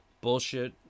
bullshit